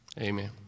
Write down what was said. Amen